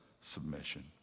submission